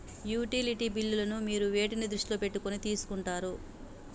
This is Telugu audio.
యుటిలిటీ బిల్లులను మీరు వేటిని దృష్టిలో పెట్టుకొని తీసుకుంటారు?